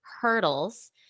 hurdles